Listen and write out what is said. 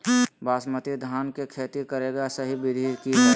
बासमती धान के खेती करेगा सही विधि की हय?